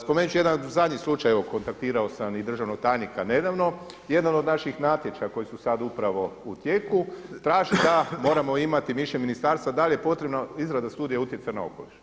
Spomenut ću jedan zadnji slučaj evo kontaktirao sam i državnog tajnika nedavno, jedan od naših natječaja koji su sada upravo u tijeku traži da moramo imati mišljenje ministarstva da li je potrebno izrada studije utjecaja na okoliš.